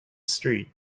street